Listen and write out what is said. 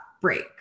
break